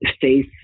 FACE